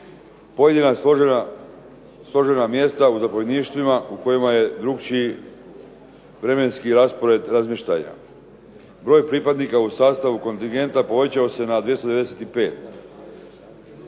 Pojedina složena mjesta u zapovjedništvima u kojima je drukčiji vremenski raspored razmještanja. Broj pripadnika u sastavu kontingenta povećao se na 295